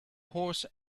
horse